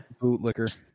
Bootlicker